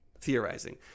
theorizing